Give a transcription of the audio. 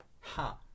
Ha